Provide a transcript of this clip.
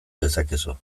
dezakezu